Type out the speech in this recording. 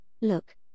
look